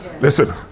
Listen